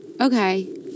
okay